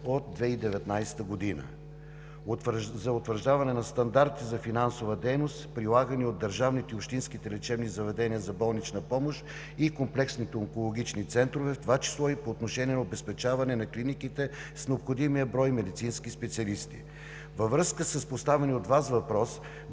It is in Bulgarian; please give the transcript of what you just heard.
от 2019 г. за утвърждаването на стандарти за финансова дейност, прилагани от държавните и общинските лечебни заведения за болнична помощ и комплексните онкологични центрове, в това число и по отношение на обезпечаване на клиниките с необходимия брой медицински специалисти. Във връзка с поставения от Вас въпрос